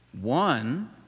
One